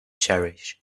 cherish